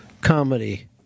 comedy